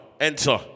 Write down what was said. enter